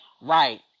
Right